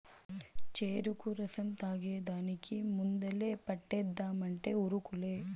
చెరుకు రసం తాగేదానికి ముందలే పంటేద్దామంటే ఉరుకులే